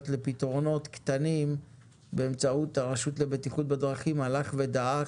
לפתרונות קטנים באמצעות הרשות לבטיחות בדרכים הלך ודעך,